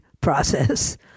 process